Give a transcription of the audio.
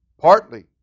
partly